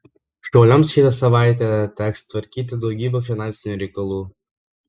šauliams kitą savaitę teks tvarkyti daugybę finansinių reikalų